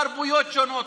תרבויות שונות,